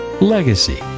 Legacy